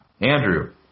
Andrew